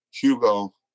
Hugo